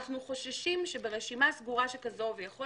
אנחנו חוששים שברשימה סגורה שכזו ויכול